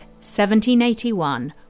1781